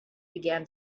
began